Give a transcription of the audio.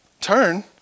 Turn